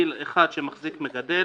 בגיל אחד שמחזיק מגדל,